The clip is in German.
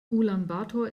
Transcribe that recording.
ulaanbaatar